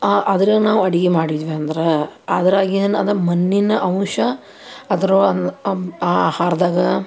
ಆ ಅದರ ನಾವು ಅಡ್ಗೆ ಮಾಡಿದ್ವಿ ಅಂದ್ರೆ ಅದ್ರಾಗ ಏನಿದೆ ಮಣ್ಣಿನ ಅಂಶ ಅದ್ರೊಳಿನ ಆ ಆಹಾರದಾಗ